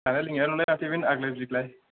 जानाय लोंनाया आग्लाय बिग्लाय